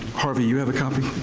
harvey, you have a copy?